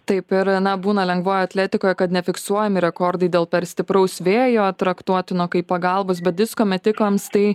taip ir na būna lengvojoj atletikoj kad nefiksuojami rekordai dėl per stipraus vėjo traktuotino kaip pagalbos bet disko metikams tai